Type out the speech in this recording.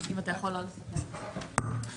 אדוני, אנחנו מציעים להוסיף אחרי המילים